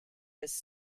was